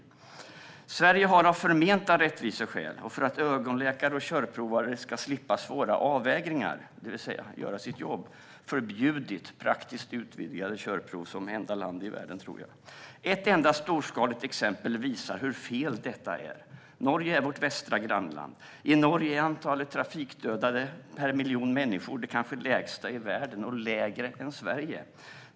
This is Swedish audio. Sverige har som enda land i världen, tror jag, av förmenta rättviseskäl och för att ögonläkare och körprovare ska slippa svåra avvägningar, det vill säga göra sitt jobb, förbjudit praktiska utvidgade körprov. Ett enda storskaligt exempel visar hur fel detta är. Norge är vårt västra grannland. I Norge är antalet trafikdödade per miljon människor det kanske lägsta i världen, och lägre än i Sverige.